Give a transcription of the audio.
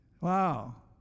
Wow